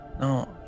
No